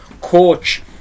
coach